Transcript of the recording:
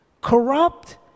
corrupt